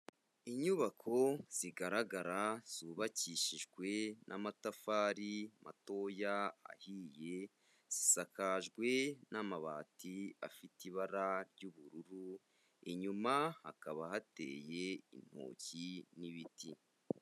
Inyubako zigaragara zubakishijwe n'amatafari matoya ahiye, zisakajwe n'amabati afite ibara ry'ubururu, inyuma hakaba hateye intoki n'ibiti.